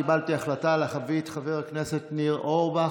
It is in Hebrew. קיבלתי החלטה להביא את חבר הכנסת ניר אורבך,